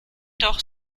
doch